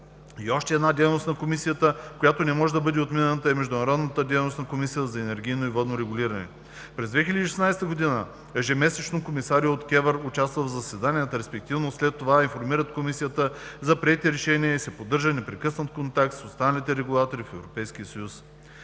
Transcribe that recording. И още една дейност на Комисията, която не може да бъде отмината, е международната дейност на Комисията за енергийно и водно регулиране. През 2016 г. ежемесечно комисари от КЕВР участват в заседанията, респективно след това информират Комисията за приети решения и се поддържа непрекъснат контакт с останалите регулатори в Европейския съюз.